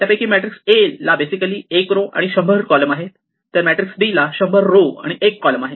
त्यापैकी matrix A ला basically 1 row आणि 100 कॉलम आहेत तर मॅट्रिक्स B ला 100 रो आणि 1 कॉलम आहे